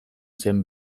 zen